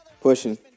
Pushing